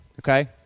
okay